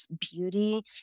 beauty